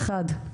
מספיק אחד,